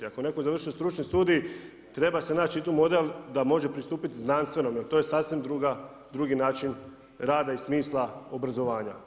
Ako je netko završio stručni studij, treba se naći i tu model da može pristupiti znanstvenom jer to je sasvim drugi način rada i smisla obrazovanja.